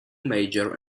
major